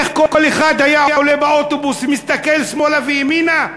ואיך כל אחד היה עולה לאוטובוס ומסתכל שמאלה וימינה?